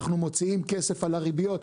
אנחנו מוציאים כסף על הריביות.